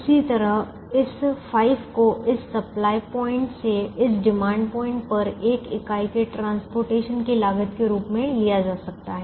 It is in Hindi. इसी तरह इस 5 को इस सप्लाय पॉइंट से इस डिमांड पॉइंट पर एक इकाई के परिवहन की लागत के रूप में लिया जा सकता है